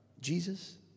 Jesus